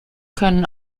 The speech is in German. können